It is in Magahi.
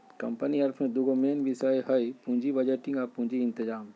कंपनी अर्थ में दूगो मेन विषय हइ पुजी बजटिंग आ पूजी इतजाम